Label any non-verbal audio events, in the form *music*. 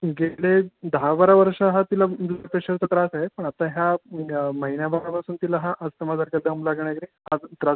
गेले दहा बारा वर्ष हा तिला *unintelligible* प्रेशरचा त्रास आहे पण आता ह्या महिन्याभरापासून तिला हा अस्तमासारखे दम लागणे हा पण त्रास